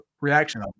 reaction